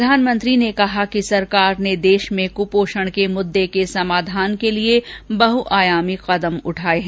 प्रधानमंत्री ने कहा कि सरकार ने देश में कुपोषण के मुद्दे को समाधान के लिए बहुआयामी कदम उठाये हैं